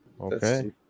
Okay